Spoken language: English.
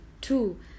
Two